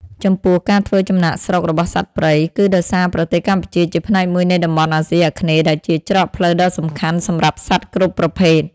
ចំពោះ ការធ្វើចំណាកស្រុករបស់សត្វព្រៃ គឺដោយសារប្រទេសកម្ពុជាជាផ្នែកមួយនៃតំបន់អាស៊ីអាគ្នេយ៍ ដែលជាច្រកផ្លូវដ៏សំខាន់សម្រាប់សត្វគ្រប់ប្រភេទ។